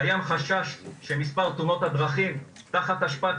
קיים חשש שמספר תאונות הדרכים תחת השפעת